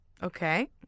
Okay